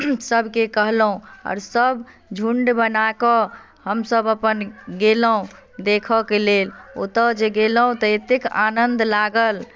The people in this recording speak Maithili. सबके कहलहुॅं आओर सब झुण्ड बना कऽ हमसब अपन गेलहुॅं देखए के लेल ओतए जे गेलहुॅं तऽ एतेक आनन्द लागल